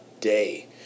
day